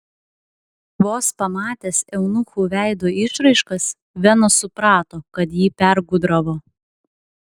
vos pamatęs eunuchų veido išraiškas venas suprato kad jį pergudravo